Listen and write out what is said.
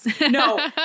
No